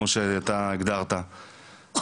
כמו שאתה הגדרת,